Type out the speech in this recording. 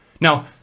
Now